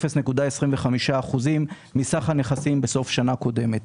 ל-0.25% מסך הנכסים בסוף השנה הקודמת.